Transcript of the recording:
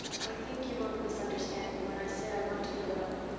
i think you won't misunderstand me when i say i want to be alone.